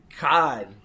God